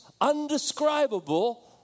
undescribable